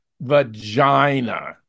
Vagina